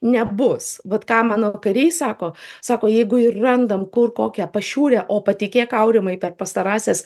nebus vat ką mano kariai sako sako jeigu ir randam kur kokią pašiūrę o patikėk aurimai per pastarąsias